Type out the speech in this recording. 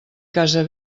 casa